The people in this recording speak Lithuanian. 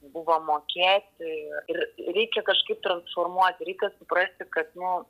buvo mokėti ir reikia kažkaip transformuoti reikia suprasi kad nu